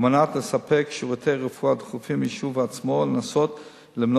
על מנת לספק שירותי רפואה דחופים ביישוב עצמו ולנסות ולמנוע